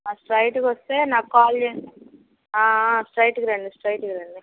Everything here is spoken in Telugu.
స్ట్రైట్గా వస్తే నాకు కాల్ చేయండి స్ట్రైట్కి రండి స్ట్రైట్కి రండి